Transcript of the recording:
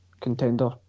Contender